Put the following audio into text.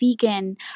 vegan